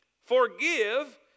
Forgive